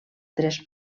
tres